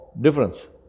difference